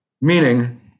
Meaning